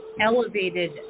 elevated